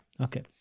Okay